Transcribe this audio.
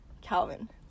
Calvin